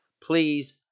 please